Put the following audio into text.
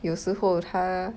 有时候他